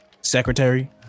secretary